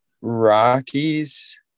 Rockies